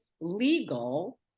legal